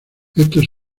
estas